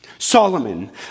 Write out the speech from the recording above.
Solomon